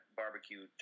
barbecue